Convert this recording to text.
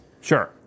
Sure